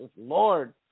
Lord